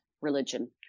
religion